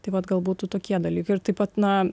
taip pat galbūt tokie dalykai ir taip pat na